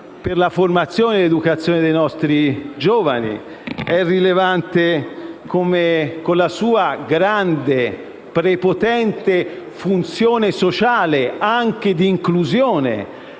per la formazione e l'educazione dei nostri giovani, con la sua prepotente funzione sociale, anche di inclusione.